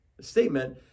statement